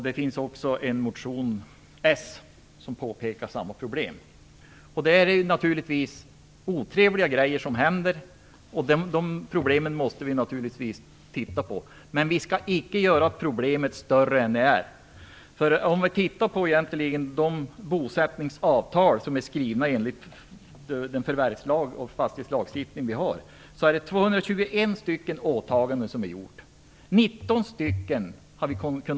Det finns också en motion från socialdemokraterna där man tar upp samma problem. Det händer naturligtvis otrevliga grejer, och vi måste titta på dessa problem. Men vi skall icke göra problemet större än vad det är. De bosättningsavtal som är skrivna enligt den förvärvslag och fastighetslagstiftning som vi har innebär att det har gjorts 221 åtaganden.